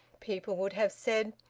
people would have said,